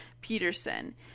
Peterson